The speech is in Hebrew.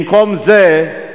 במקום זה,